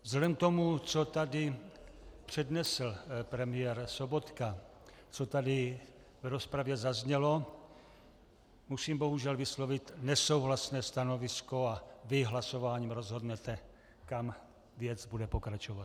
Vzhledem k tomu, co tady přednesl premiér Sobotka, co tady v rozpravě zaznělo, musím bohužel vyslovit nesouhlasné stanovisko a vy hlasováním rozhodnete, kam věc bude pokračovat.